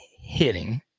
hitting